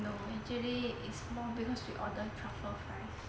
no actually is more because we ordered truffle fries